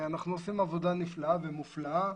אנחנו עושים עבודה נפלאה ומופלאה.